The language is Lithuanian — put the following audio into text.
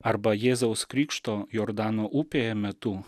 arba jėzaus krikšto jordano upėje metu